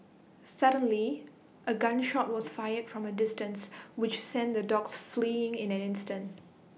suddenly A gun shot was fired from A distance which sent the dogs fleeing in an instant